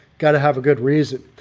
gotta have a good reason.